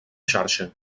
xarxa